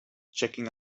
checking